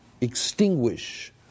extinguish